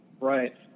Right